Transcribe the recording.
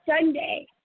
Sunday